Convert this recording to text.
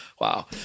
Wow